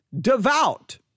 devout